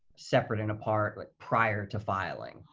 separate and apart, prior to filing.